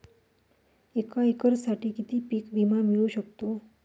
एका एकरसाठी किती पीक विमा मिळू शकतो?